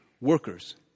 workers